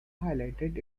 highlighted